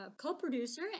co-producer